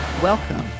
Welcome